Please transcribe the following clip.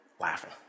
laughing